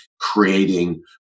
creating